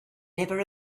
never